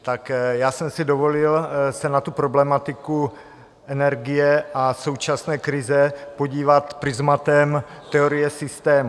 Tak já jsem si dovolil se na tu problematiku energie a současné krize podívat prizmatem teorie systému.